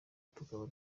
tukaba